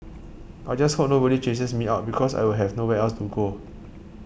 I just hope nobody chases me out because I will have nowhere else to go